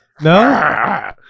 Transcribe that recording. No